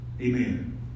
Amen